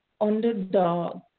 underdog